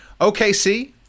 OKC